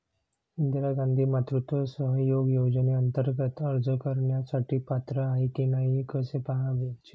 इंदिरा गांधी मातृत्व सहयोग योजनेअंतर्गत अर्ज करण्यासाठी पात्र आहे की नाही हे कसे पाहायचे?